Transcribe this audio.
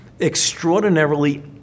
extraordinarily